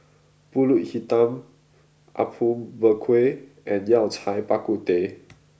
Pulut Hitam Apom Berkuah and Yao Cai Bak Kut Teh